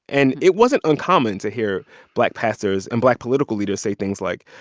and it wasn't uncommon to hear black pastors and black political leaders say things like,